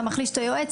אתה מחליש את היועץ,